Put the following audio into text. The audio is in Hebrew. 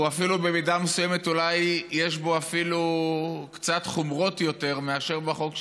במידה מסוימת אולי יש בו אפילו קצת חומרות יותר מאשר בחוק שלנו,